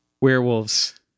Werewolves